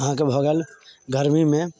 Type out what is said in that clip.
अहाँके भऽ गेल गरमीमे